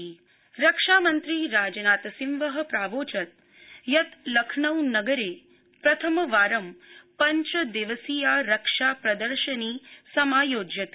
रक्षामंत्री रक्षामन्त्री राजनाथसिंह प्रावोचत् यत् लखनऊनगरे प्रथमवारं पञ्चदिवसीया रक्षा प्रदर्शनी समायोज्यते